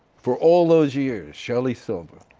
for all those years, shelly silver,